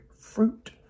fruit